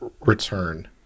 return